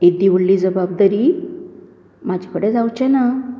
येदी व्हडली जबाबदारी म्हाजे कडेन जावचेना